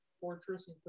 fortress